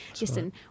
listen